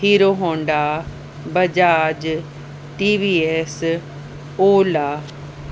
Hero Honda Bajaj TVS ola